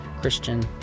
christian